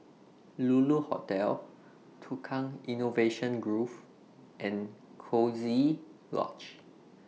Lulu Hotel Tukang Innovation Grove and Coziee Lodge